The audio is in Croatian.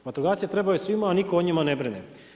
Vatrogasci trebaju svima a nitko o njima ne brine.